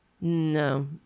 No